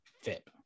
fit